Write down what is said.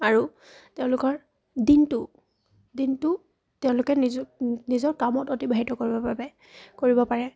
আৰু তেওঁলোকৰ দিনটো দিনটো তেওঁলোকে নিজ নিজৰ কামত অতিবাহিত কৰিবৰ বাবে কৰিব পাৰে